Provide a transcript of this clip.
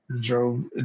drove